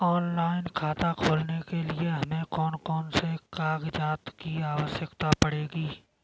Online खाता खोलने के लिए हमें कौन कौन से कागजात की आवश्यकता पड़ेगी?